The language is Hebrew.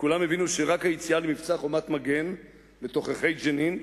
כולם הבינו שרק היציאה למבצע "חומת מגן" בתוככי ג'נין,